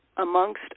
amongst